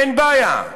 אין בעיה,